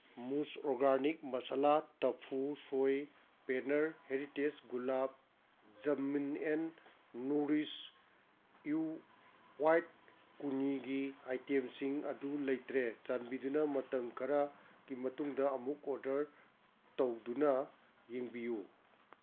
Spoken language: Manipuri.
ꯃꯨꯁ organic masala tofu soy paneer ꯍꯦꯔꯤꯇꯦꯁ ꯒꯨꯂꯥꯞ ꯖꯃꯨꯟ ꯑꯦꯟ ꯅꯨꯔꯤꯁ ꯏ꯭ꯌꯨ ꯋꯥꯏꯠ ꯀꯨꯅꯤꯒꯤ ꯑꯥꯏꯇꯦꯝꯁꯤꯡ ꯑꯗꯨ ꯂꯩꯇ꯭ꯔꯦ ꯆꯥꯟꯕꯤꯗꯨꯅ ꯃꯇꯝ ꯈꯔꯒꯤ ꯃꯇꯨꯡꯗ ꯑꯃꯨꯛ ꯑꯣꯔꯗꯔ ꯇꯧꯗꯨꯅ ꯌꯦꯡꯕꯤꯌꯨ